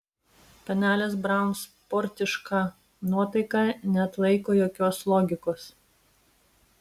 panelės braun sportiška nuotaika neatlaiko jokios logikos